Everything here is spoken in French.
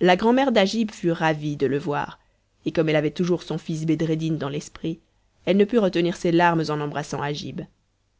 la grand'mère d'agib fut ravie de le revoir et comme elle avait toujours son fils bedreddin dans l'esprit elle ne put retenir ses larmes en embrassant agib